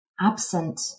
absent